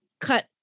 cut